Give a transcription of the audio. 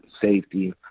safety